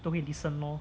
都会 listen lor